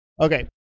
Okay